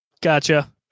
Gotcha